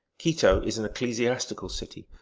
quito is an ecclesiastical city,